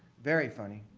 very funny.